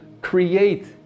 create